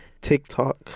TikTok